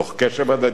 תוך קשב הדדי,